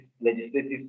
legislative